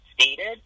stated